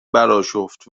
براشفت